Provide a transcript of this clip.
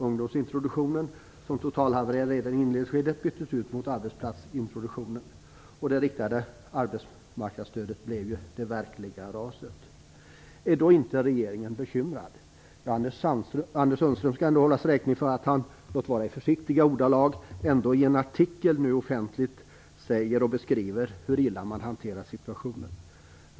Ungdomsintroduktionen, som totalhavererade redan i inledningsskedet, byttes ut mot arbetsplatsintroduktionen, och det riktade arbetsmarknadsstödet blev ju det verkliga RAS:et. Är då inte regeringen bekymrad? Anders Sundström skall ändå hållas räkning för att han - låt vara i försiktiga ordalag - i en artikel nu offentligt beskriver hur illa man har hanterat situationen.